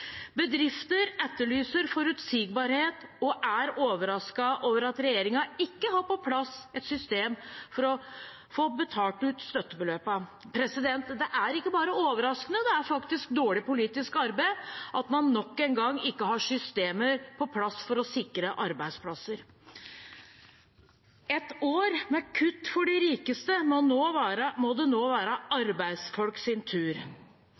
Bedrifter etterlyser forutsigbarhet og er overrasket over at regjeringen ikke har på plass et system for å få betalt ut støttebeløpene. Det er ikke bare overraskende, det er faktisk dårlig politisk arbeid at man nok en gang ikke har systemer på plass for å sikre arbeidsplasser. Etter år med kutt for de rikeste må det nå være